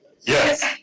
Yes